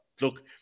look